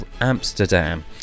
Amsterdam